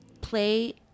play